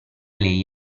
lei